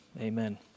Amen